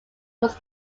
was